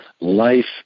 life